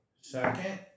Second